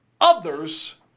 others